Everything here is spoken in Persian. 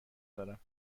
دارم